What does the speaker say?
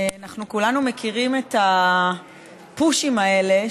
אנחנו כולנו מכירים את הפוּשים האלה,